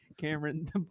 Cameron